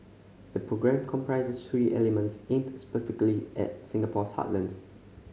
the programme comprises three elements aimed specifically at Singapore's heartlands